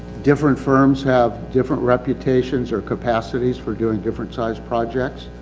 different firms have different reputations or capacities for doing different size projects.